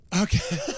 Okay